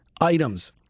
items